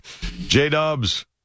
J-Dubs